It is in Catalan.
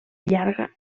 llarga